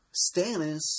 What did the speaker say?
stannis